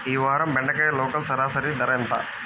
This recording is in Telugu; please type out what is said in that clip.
ఈ వారం బెండకాయ లోకల్ సరాసరి ధర ఎంత?